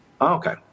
Okay